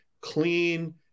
clean